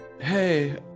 Hey